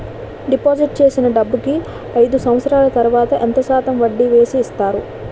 Deposit చేసిన డబ్బుకి అయిదు సంవత్సరాల తర్వాత ఎంత శాతం వడ్డీ వేసి ఇస్తారు?